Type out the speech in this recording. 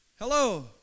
Hello